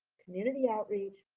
community outreach,